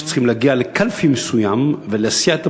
שצריכים להגיע לקלפי מסוימת ולהסיע את